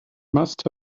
must